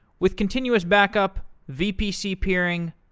with continuous back-up, vpc peering,